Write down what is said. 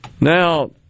Now